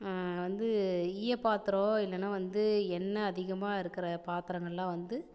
வந்து ஈயப் பாத்திரம் இல்லைனா வந்து எண்ணெய் அதிகமாக இருக்கிற பாத்திரங்கள்லாம் வந்து